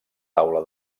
taula